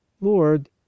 Lord